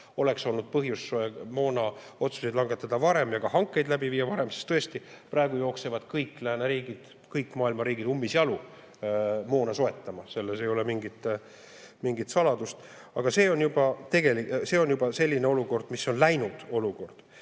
oleks olnud põhjus moonaotsuseid langetada varem ja ka hankeid läbi viia varem, sest tõesti praegu jooksevad kõik lääneriigid, kõik maailma riigid ummisjalu moona soetama. See ei ole mingi saladus. Aga see on juba selline olukord, mis on läinud olukord.